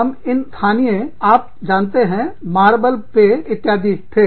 हम इन स्थानीय आप आप जानते हैं मार्बल पेय के आदि थे